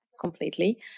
completely